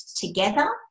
together